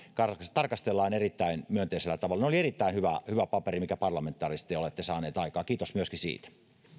tarkastellaan erittäin myönteisellä tavalla se oli erittäin hyvä hyvä paperi minkä parlamentaarisesti olette saaneet aikaan kiitos myöskin siitä